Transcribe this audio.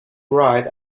write